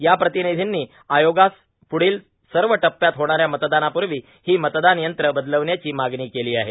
या प्रार्तानधींनी आयोगास प्ढोल सव टप्प्यांत होणाऱ्या मतदानापूर्वा हो मतदान यंत्रं बदलण्याची मागणी केलो आहे